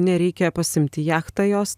nereikia pasiimt į jachtą jos